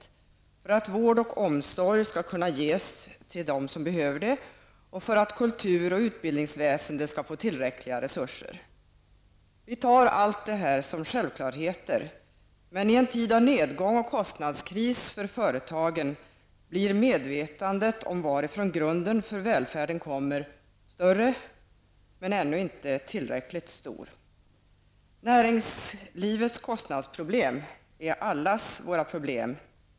Näringslivet är också grunden för att vård och omsorg skall kunna ges dem som behöver det och för att kultur och utbildningsväsende skall få tillräckliga resurser. Vi tar allt detta för självklarheter, men i en tid av nedgång och kostnadskris för företagen blir medvetandet om varifrån grunden för välfärden kommer större, dock ännu inte tillräckligt stort. Näringslivets kostnadsproblem är allas våra problem.